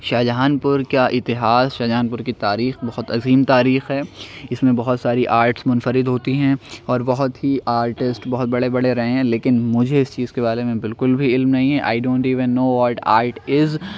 شاہ جہان پور کا اتہاس شاہ جہان پور کی تاریخ بہت عظیم تاریخ ہے اس میں بہت ساری آرٹس منفرد ہوتی ہے اور بہت ہی آرٹسٹ بہت بڑے بڑے رہے ہیں لیکن مجھے اس چیز کے بارے میں بالکل بھی علم نہیں ہے